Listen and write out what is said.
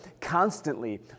constantly